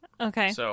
Okay